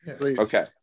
Okay